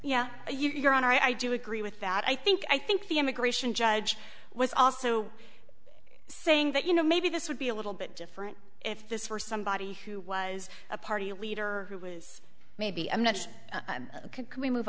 yeah your honor i do agree with that i think i think the immigration judge was also saying that you know maybe this would be a little bit different if this were somebody who was a party leader who was maybe i'm not sure can we move